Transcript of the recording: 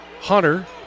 Hunter